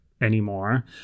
anymore